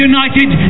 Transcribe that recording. United